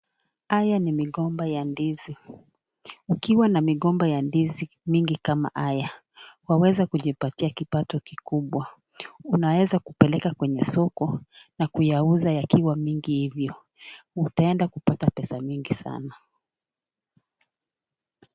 Hii ni migomba ya ndizi ukiwa na migomba mingi ya ndizi kama haya waweza kujipatia kipato kikubwa unaweza kupeleka kwenye soko na kuyauza yakiwa mingi hivyo, utaenda kupata pesa mingi sana.